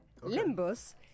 Limbus